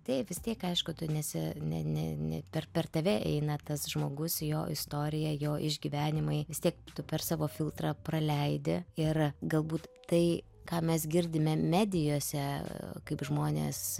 taip vis tiek aišku tu nesi ne ne ne per per tave eina tas žmogus jo istorija jo išgyvenimai vis tiek tu per savo filtrą praleidi ir galbūt tai ką mes girdime medijose kaip žmonės